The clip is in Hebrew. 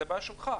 זו בעיה שלך.